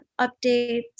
updates